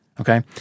okay